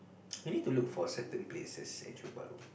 you need to look for certain places at Johor-Bahru